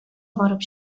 барып